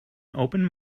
open